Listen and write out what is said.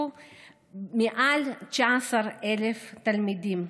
השתתפו מעל 19,000 תלמידים,